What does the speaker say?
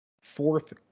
Fourth